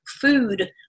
food